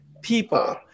people